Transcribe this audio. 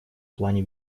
плане